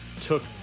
took